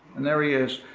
and there he is,